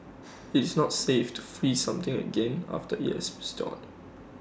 IT is not safe to freeze something again after IT has thawed